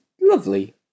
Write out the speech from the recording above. lovely